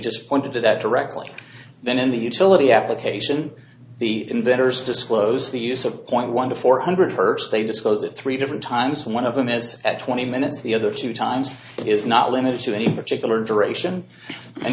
just pointed to that directly then in the utility application the inventors disclose the use of point one to four hundred first they disclose it three different times one of them is at twenty minutes the other two times is not limited to any particular duration and